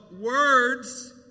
words